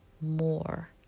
more